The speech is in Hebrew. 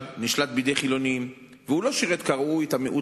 אני רוצה להדגיש ולהבהיר: אין לנו בעניין